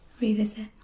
revisit